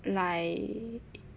like